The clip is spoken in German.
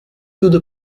würde